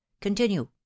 continue